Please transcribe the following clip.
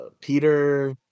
Peter